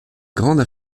grandes